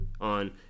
on